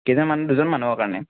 কেইজন মানুহ দুজন মানুহৰ কাৰণে